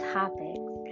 topics